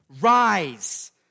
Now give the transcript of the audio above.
Rise